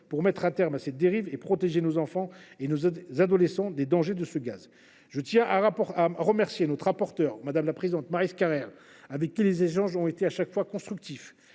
pour mettre un terme à cette dérive et protéger nos enfants et nos adolescents des dangers de ce gaz. Je tiens à remercier la rapporteure, Mme Maryse Carrère, avec qui mes échanges ont été constructifs.